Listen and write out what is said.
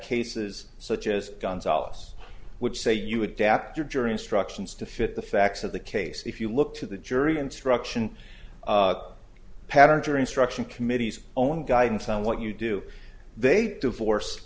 cases such as gonzales i would say you adapt your jury instructions to fit the facts of the case if you look to the jury instruction pattern jury instruction committees own guidance on what you do they do force